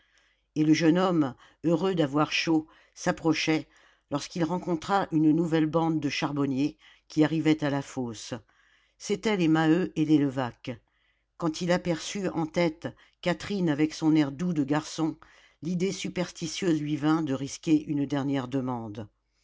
et le jeune homme heureux d'avoir chaud s'approchait lorsqu'il rencontra une nouvelle bande de charbonniers qui arrivait à la fosse c'étaient les maheu et les levaque quand il aperçut en tête catherine avec son air doux de garçon l'idée superstitieuse lui vint de risquer une dernière demande